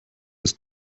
ist